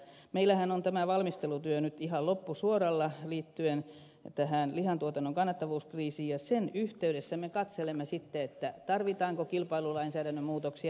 meillähän on tämä valmistelutyö nyt ihan loppusuoralla liittyen tähän lihantuotannon kannattavuuskriisiin ja sen yhteydessä me katselemme sitten tarvitaanko kilpailulainsäädännön muutoksia